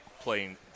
Playing